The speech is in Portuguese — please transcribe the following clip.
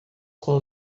com